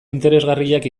interesgarriak